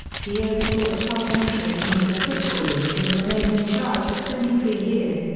he oversaw the club's entry into the football league and remained in charge for twenty three years,